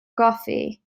goffi